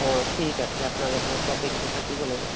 অঁ ঠিক আছে আপোনালোকৰ প্ৰফিটটো থাকিব লাগিব